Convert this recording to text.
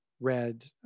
read